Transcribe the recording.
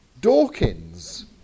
Dawkins